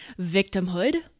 victimhood